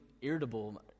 irritable